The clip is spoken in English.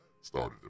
started